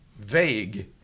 vague